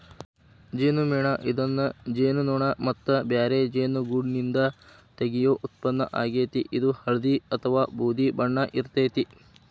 ಜೇನುಮೇಣ ಇದನ್ನ ಜೇನುನೋಣ ಮತ್ತ ಬ್ಯಾರೆ ಜೇನುಗೂಡ್ನಿಂದ ತಗಿಯೋ ಉತ್ಪನ್ನ ಆಗೇತಿ, ಇದು ಹಳ್ದಿ ಅತ್ವಾ ಬೂದಿ ಬಣ್ಣ ಇರ್ತೇತಿ